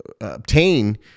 obtain